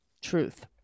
truth